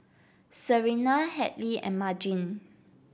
Serena Hadley and Margene